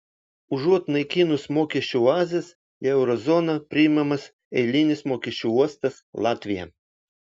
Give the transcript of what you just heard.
užuot naikinus mokesčių oazes į euro zoną priimamas eilinis mokesčių uostas latvija